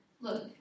Look